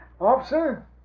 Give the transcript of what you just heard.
Officer